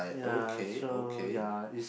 ya so ya is